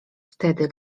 wtedy